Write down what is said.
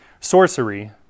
Sorcery